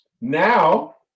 Now